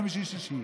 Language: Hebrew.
חמישי ושישי.